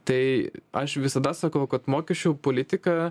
tai aš visada sakau kad mokesčių politika